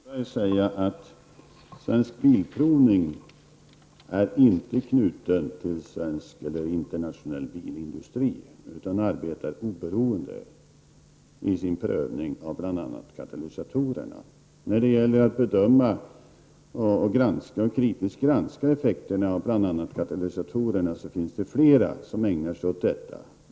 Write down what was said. Herr talman! Låt mig först till Lars Norberg säga att Svensk Bilprovning inte är knutet till svensk eller internationell bilindustri, utan den arbetar oberoende i sin prövning av bl.a. katalysatorerna. Det finns också fler som ägnar sig åt att kritiskt granska effekterna av just katalysatorerna.